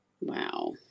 Wow